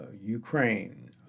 Ukraine